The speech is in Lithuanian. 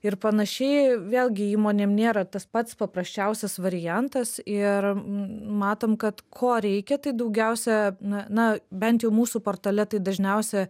ir panašiai vėlgi įmonėm nėra tas pats paprasčiausias variantas ir matom kad ko reikia tai daugiausia na na bent jau mūsų portale tai dažniausia